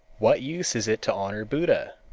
what use is it to honor buddha?